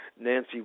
Nancy